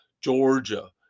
Georgia